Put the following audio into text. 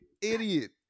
idiot